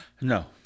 No